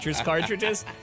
cartridges